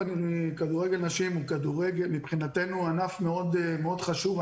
מבחינתנו כדורגל נשים הוא ענף מאוד חשוב.